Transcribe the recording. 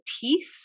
teeth